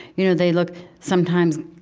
you know they look, sometimes,